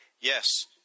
Yes